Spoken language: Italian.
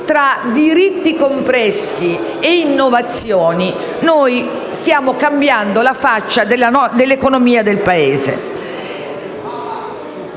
tra diritti compressi e innovazioni, stiamo cambiando la faccia dell'economia del Paese.